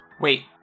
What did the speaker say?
Wait